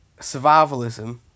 survivalism